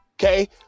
okay